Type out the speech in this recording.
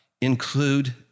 include